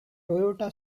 toyota